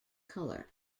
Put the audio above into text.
color